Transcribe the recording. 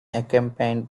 accompanied